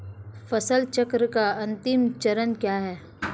फसल चक्र का अंतिम चरण क्या है?